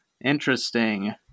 Interesting